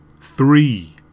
three